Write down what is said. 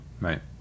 right